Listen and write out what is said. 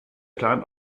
plan